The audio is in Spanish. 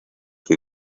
que